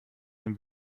dem